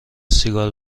سیگار